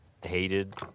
hated